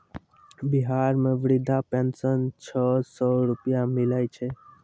बिहार मे वृद्धा पेंशन छः सै रुपिया मिलै छै